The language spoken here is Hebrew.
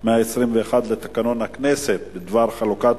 121 לתקנון הכנסת בדבר חלוקת